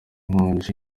konji